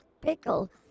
pickle